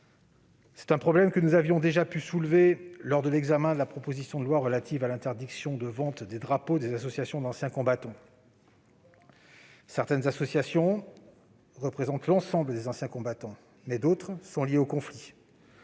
C'est un problème que nous avions déjà pu soulever lors de l'examen de la proposition de loi relative à l'interdiction de la vente des drapeaux des associations d'anciens combattants et à leur protection. Certaines associations représentent l'ensemble des anciens combattants, mais d'autres sont liées aux conflits.